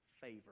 favor